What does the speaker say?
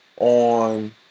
on